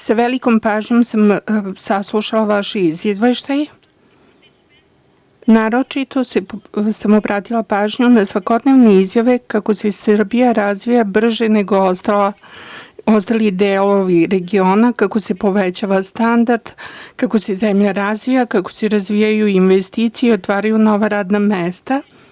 Sa velikom pažnjom sam saslušala vaš izveštaj, naročito sam obratila pažnju na svakodnevne izjave kako se Srbija razvija brže nego ostali delovi regiona, kako se povećava standard, kako se zemlja razvija, kako se razvijaju investicije i otvaraju nova radna mesta.